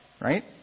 right